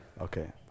Okay